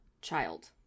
Child